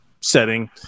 setting